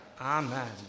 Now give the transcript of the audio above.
Amen